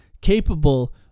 capable